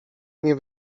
nie